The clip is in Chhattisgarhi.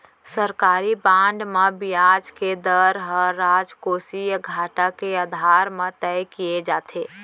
सरकारी बांड म बियाज के दर ह राजकोसीय घाटा के आधार म तय किये जाथे